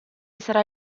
sarà